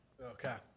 Okay